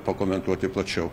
pakomentuoti plačiau